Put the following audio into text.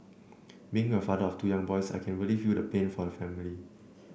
being a father of two young boys I can really feel the pain for the family